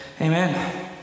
amen